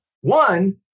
one